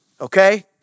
okay